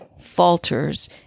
falters